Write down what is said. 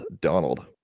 Donald